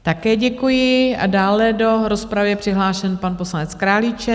Také děkuji a dále je do rozpravy přihlášen pan poslanec Králíček.